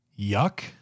yuck